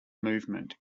movement